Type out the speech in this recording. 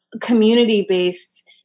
community-based